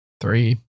three